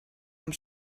amb